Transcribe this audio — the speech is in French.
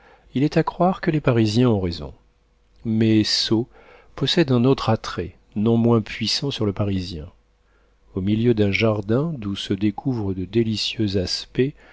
il est à croire que les parisiens ont raison mais sceaux possède un autre attrait non moins puissant sur le parisien au milieu d'un jardin d'où se découvrent de délicieux aspects